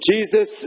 Jesus